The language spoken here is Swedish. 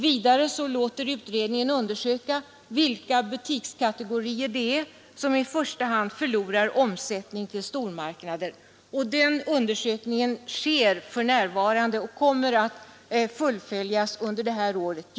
Vidare låter utredningen undersöka vilka butikskategorier som i första hand förlorar omsättning till stormarknader. Denna undersökning pågår för närvarande just i Växjöregionen och kommer att fullföljas under det här året.